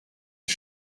est